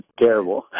terrible